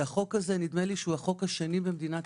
שהחוק הזה נדמה לי שזה החוק השני במדינת